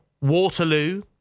Waterloo